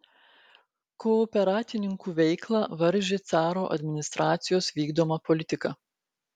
kooperatininkų veiklą varžė caro administracijos vykdoma politika